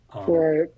Right